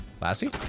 Lassie